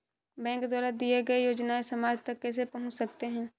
Bank द्वारा दिए गए योजनाएँ समाज तक कैसे पहुँच सकते हैं?